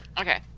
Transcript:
Okay